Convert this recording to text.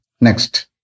Next